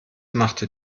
machte